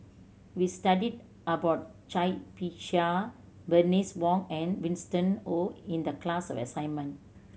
we studied about Cai Bixia Bernice Wong and Winston Oh in the class assignment